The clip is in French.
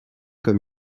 comme